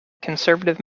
conservative